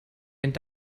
ihren